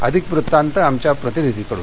अधिक वृत्तांत आमच्या प्रतिनिधीकडून